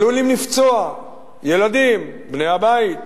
שעלולים לפצוע ילדים, את בני הבית.